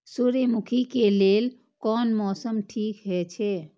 सूर्यमुखी के लेल कोन मौसम ठीक हे छे?